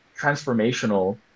transformational